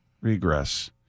regress